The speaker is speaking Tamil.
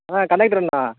ஆ கண்டக்டருங்களா